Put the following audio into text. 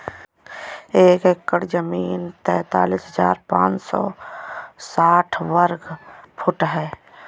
एक एकड़ जमीन तैंतालीस हजार पांच सौ साठ वर्ग फुट है